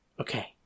Okay